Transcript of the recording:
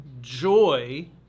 joy